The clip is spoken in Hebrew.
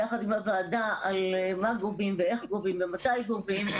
ביחד עם הוועדה על מה גובים ואיך גובים ומתי גובים,